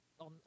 on